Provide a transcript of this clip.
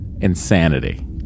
insanity